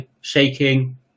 shaking